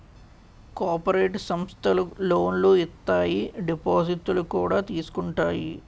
cooperative సమస్థలు లోనులు ఇత్తాయి దిపాజిత్తులు కూడా తీసుకుంటాయి